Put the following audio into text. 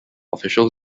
official